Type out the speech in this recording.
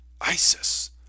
Isis